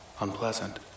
unpleasant